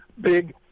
big